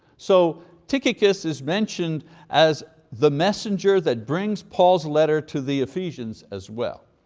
so tychicus is mentioned as the messenger that brings paul's letter to the ephesians as well.